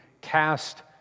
cast